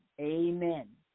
Amen